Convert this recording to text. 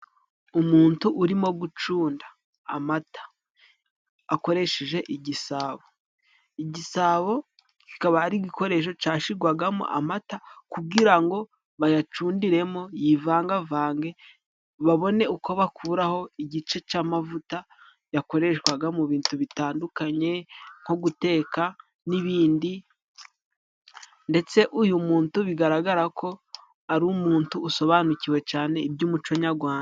Umuntu urimo gucunda amata akoresheje igisabo, igisabo kikaba ari igikoresho cashirwagamo amata kugira ngo bayacundiremo yivangavange babone uko bakuraho igice c'amavuta yakoreshwaga mu bintu bitandukanye nko guteka n'ibindi, ndetse uyu muntu bigaragara ko ari umuntu usobanukiwe cyane iby'umuco nyagwanda.